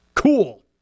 Cool